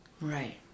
right